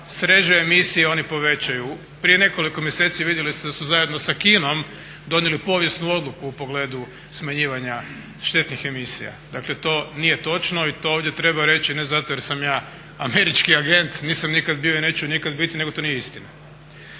sreže emisije oni povećaju. Prije nekoliko mjeseci vidjeli ste da su zajedno sa Kinom donijeli povijesnu odluku u pogledu smanjivanja štetnih emisija. Dakle to nije točno i to ovdje treba reći ne zato jer sam ja američki agent, nisam nikad bio i neću nikad biti nego to nije istina.